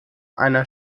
einer